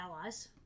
allies